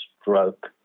stroke